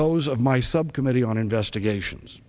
those of my subcommittee on investigations